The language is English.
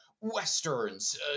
westerns